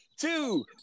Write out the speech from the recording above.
two